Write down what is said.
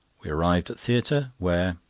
we arrived at theatre, where,